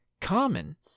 Common